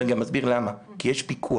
אני גם אסביר למה - כי יש פיקוח.